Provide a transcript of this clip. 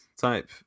type